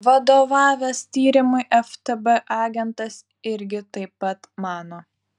vadovavęs tyrimui ftb agentas irgi taip pat mano